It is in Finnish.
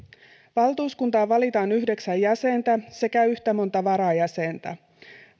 valtuuskuntaan valitaan yhdeksän jäsentä sekä yhtä monta varajäsentä